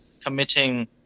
committing